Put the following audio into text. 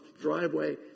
driveway